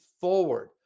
forward